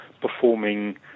performing